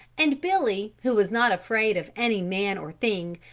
and billy who was not afraid of any man or thing,